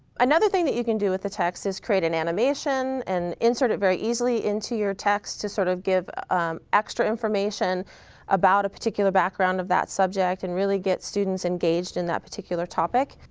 another thing that you can do with the text is create an animation and insert it very easily into your text to sort of give extra information about a particular background of that subject. and really get students engaged in that particular topic.